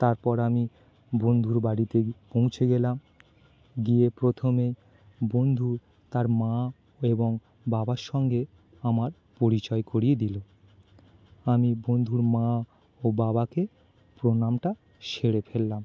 তারপর আমি বন্ধুর বাড়িতে পৌঁছে গেলাম গিয়ে প্রথমে বন্ধু তার মা এবং বাবার সঙ্গে আমার পরিচয় করিয়ে দিল আমি বন্ধুর মা ও বাবাকে প্রণামটা সেরে ফেললাম